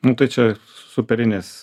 nu tai čia superinis